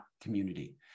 community